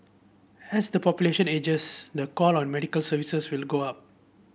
as the population ages the call on medical services will go up